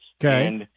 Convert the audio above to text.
Okay